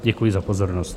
Děkuji za pozornost.